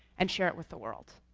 and share it with the world.